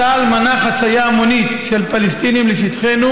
צה"ל מנע חצייה המונית של פלסטינים לשטחנו